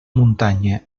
muntanya